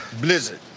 Blizzard